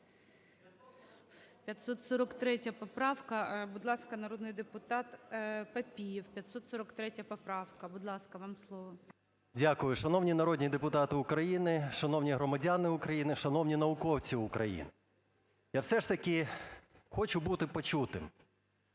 543 поправка. Будь ласка, народний депутатПапієв. 543 поправка. Будь ласка, вам слово. 12:39:46 ПАПІЄВ М.М. Дякую. Шановні народні депутати України! Шановні громадяни України! Шановні науковці України! Я все ж таки хочу бути почутим.